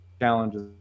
challenges